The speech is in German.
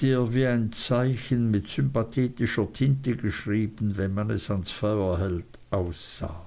der wie ein zeichen mit sympathetischer tinte geschrieben wenn man es ans feuer hält aussah